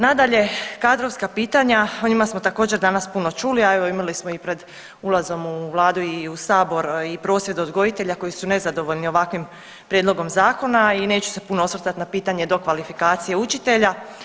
Nadalje kadrovska pitanja, o njima smo također danas puno čuli, a evo imali smo i pred ulazom u Vladu i u Sabor i prosvjed odgojitelja koji su nezadovoljni ovakvim prijedlogom zakona i neću se puno osvrtat na pitanje dokvalifikacije učitelja.